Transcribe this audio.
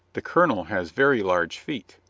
the colonel has very large feet.